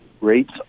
rates